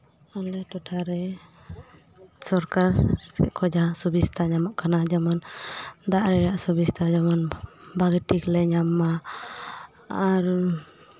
ᱟᱞᱮ ᱴᱚᱴᱷᱟᱨᱮ ᱥᱚᱨᱠᱟᱨ ᱠᱷᱚᱱ ᱡᱟᱦᱟᱸ ᱥᱩᱵᱤᱥᱛᱟ ᱧᱟᱢᱚᱜ ᱠᱟᱱᱟ ᱡᱮᱢᱚᱱ ᱫᱟᱜ ᱨᱮᱭᱟᱜ ᱥᱩᱵᱤᱥᱛᱟ ᱡᱮᱢᱚᱱ ᱵᱷᱟᱹᱜᱤ ᱴᱷᱤᱠ ᱞᱮ ᱧᱟᱢ ᱢᱟ ᱟᱨ